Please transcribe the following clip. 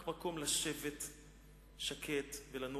'רק מקום שקט לשבת ולנוח.